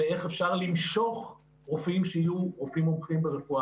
ואיך אפשר למשוך רופאים שיהיו רופאים מומחים ברפואה